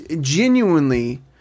genuinely